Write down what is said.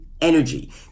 energy